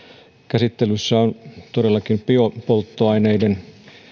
käsittelyssä on todellakin biopolttoaineiden